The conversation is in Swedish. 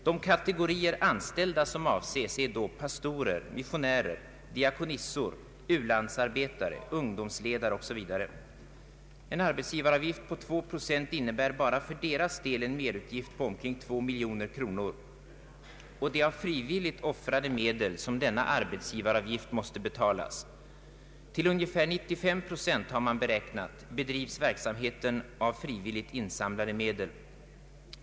De kategorier anställda som avses är då pastorer, missionärer, diakonissor, u-landsarbetare, ungdomsledare osv. En arbetsgivaravgift på 2 procent innebär bara för deras del en merutgift på omkring 2 miljoner kronor. Det är av frivilligt offrade medel som denna arbetsgivaravgift måste betalas. Man har beräknat att verksamheten bedrivs till ungefär 95 procent av frivilligt insamlade medel.